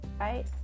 right